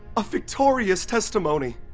a victorious testimony!